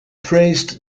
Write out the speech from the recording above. praised